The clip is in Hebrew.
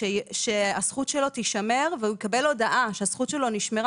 שהזכות שלו תישמר והוא יקבל הודעה שהזכות שלו נשמרה